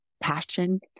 passion